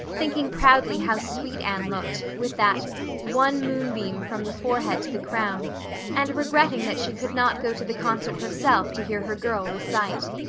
thinking proudly how sweet anne looked, with that one moonbeam from the forehead to the crown and regretting that she could not go to the concert herself to hear her girl recite.